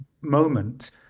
moment